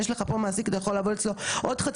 גם אם אתה לא תגיש בקשה הומניטרית אתה יכול לעבוד.